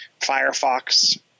Firefox